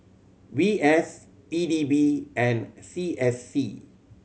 V S B D B and C S C